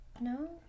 No